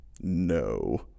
No